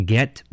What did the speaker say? Get